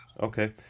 Okay